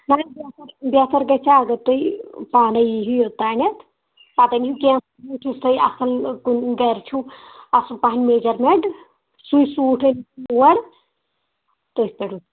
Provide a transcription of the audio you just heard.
مگر بہتر بہتر گَژھہا اگر تُہۍ پانے ییٖہو یوٚتانۍ پتہٕ أنہیوکینہہ یُس یُس تۄہہِ اصل گَرِچُھو اصل پہن میجرمیٹ سُے سوٗٹ أنۍ ہیو یور تٔتھۍ پٮ۪ٹھ